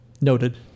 Noted